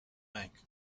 bank